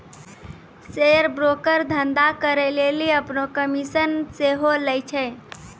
share broker धंधा करै लेली अपनो कमिशन सेहो लै छै